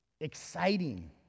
exciting